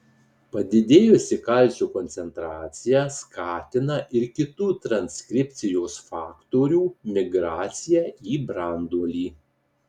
padidėjusi kalcio koncentracija skatina ir kitų transkripcijos faktorių migraciją į branduolį